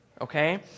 okay